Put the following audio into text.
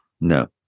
No